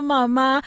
Mama